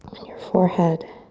in your forehead,